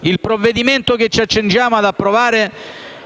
Il provvedimento che ci accingiamo ad approvare